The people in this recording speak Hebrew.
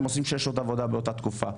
הם עושים שש שעות עבודה באותה תקופה,